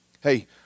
Hey